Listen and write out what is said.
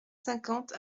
cinquante